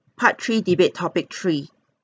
part three debate topic three